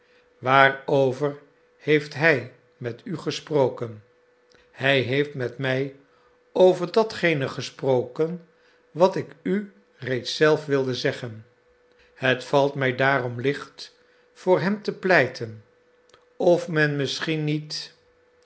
waarover heeft hij met u gesproken hij heeft met mij over datgene gesproken wat ik u reeds zelf wilde zeggen het valt mij daarom licht voor hem te pleiten of men misschien niet